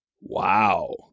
Wow